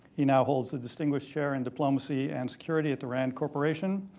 he now holds the distinguished chair in diplomacy and security at the rand corporation.